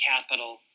capital